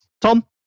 Tom